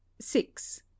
six